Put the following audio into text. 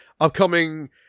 upcoming